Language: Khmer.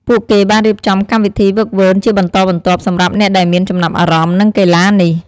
ពួកគេបានរៀបចំកម្មវិធីហ្វឹកហ្វឺនជាបន្តបន្ទាប់សម្រាប់អ្នកដែលមានចំណាប់អារម្មណ៍នឹងកីឡានេះ។